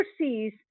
overseas